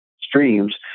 streams